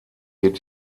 wird